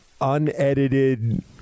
unedited